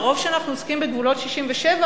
מרוב שאנחנו עוסקים בגבולות 67',